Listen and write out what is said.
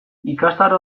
ikastaro